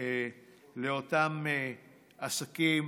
לאותם עסקים,